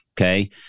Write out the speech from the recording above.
okay